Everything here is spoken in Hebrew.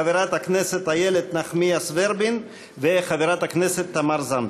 חברת הכנסת איילת נחמיאס ורבין וחברת הכנסת תמר זנדברג.